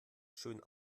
schön